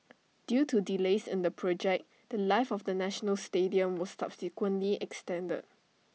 due to delays in the project The Life of the national stadium was subsequently extended